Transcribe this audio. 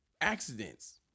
Accidents